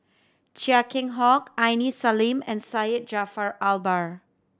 Chia Keng Hock Aini Salim and Syed Jaafar Albar